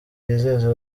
yizeza